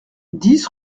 dix